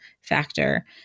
factor